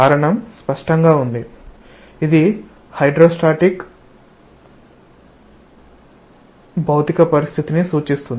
కారణం స్పష్టంగా ఉంది ఇది హైడ్రోస్టాటిక్ భౌతిక పరిస్థితిని సూచిస్తుంది